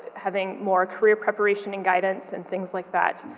having more career preparation and guidance, and things like that,